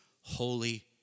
Holy